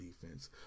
defense